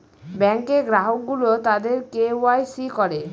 ব্যাঙ্কে গ্রাহক গুলো তাদের কে ওয়াই সি করে